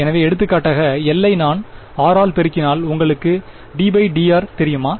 எனவே எடுத்துக்காட்டாக L ஐ நான் r ஆல் பெருக்கினால் உங்களுக்கு ddr தெரியுமா